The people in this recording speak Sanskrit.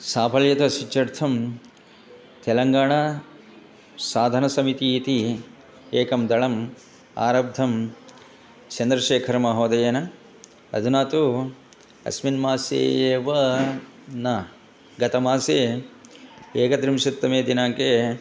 साफल्यता इत्यर्थं तेलङ्गाणा साधनसमिति इति एकं दलम् आरब्धं चन्द्रशेखरमहोदयेन अधुना तु अस्मिन् मासे एव न गतमासे एकत्रिंशत्तमे दिनाङ्के